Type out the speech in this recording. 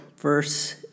verse